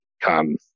come